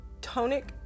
tonic